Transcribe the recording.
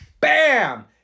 BAM